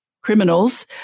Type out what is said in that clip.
criminals